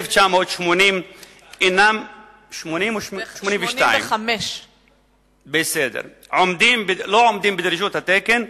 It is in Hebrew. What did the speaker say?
1982, 1985. לא עומדים בדרישות התקן,